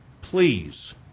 please